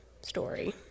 story